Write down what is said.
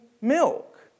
milk